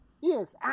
Yes